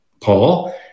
Paul